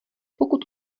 pokud